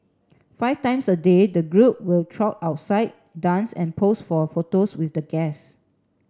five times a day the group will trot outside dance and pose for photos with the guests